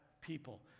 people